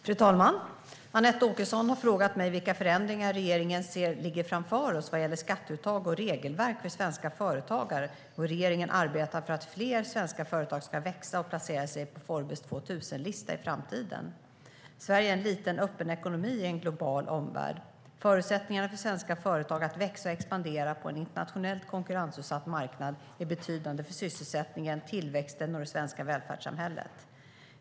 Fru talman! Anette Åkesson har frågat mig vilka förändringar regeringen ser ligger framför oss vad gäller skatteuttag och regelverk för svenska företagare och hur regeringen arbetar för att fler svenska företag ska växa och placera sig på Forbes 2000-lista i framtiden. Sverige är en liten, öppen ekonomi i en global omvärld. Förutsättningarna för svenska företag att växa och expandera på en internationellt konkurrensutsatt marknad är betydande för sysselsättningen, tillväxten och det svenska välfärdssamhället.